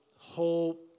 whole